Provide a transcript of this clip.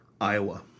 Iowa